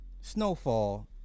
snowfall